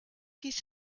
his